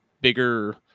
bigger